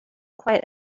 quite